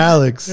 Alex